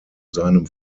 seinem